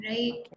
Right